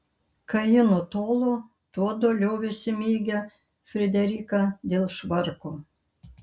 kai ji nutolo tuodu liovėsi mygę frideriką dėl švarko